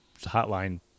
hotline